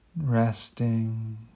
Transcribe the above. Resting